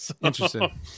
Interesting